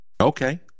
Okay